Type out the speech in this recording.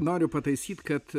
noriu pataisyt kad